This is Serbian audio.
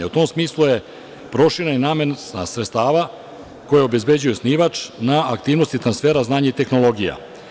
U tom smislu je proširena i namena sredstava koja obezbeđuje osnivač na aktivnosti transfera, znanja i tehnologija.